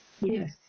Yes